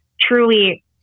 truly